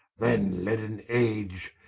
then leaden age,